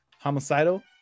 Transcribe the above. homicidal